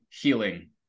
healing